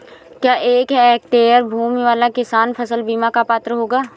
क्या एक हेक्टेयर भूमि वाला किसान फसल बीमा का पात्र होगा?